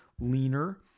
leaner